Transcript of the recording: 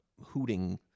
hooting